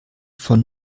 von